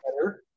better